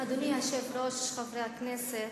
אדוני היושב-ראש, חברי הכנסת,